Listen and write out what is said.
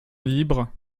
libres